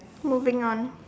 moving on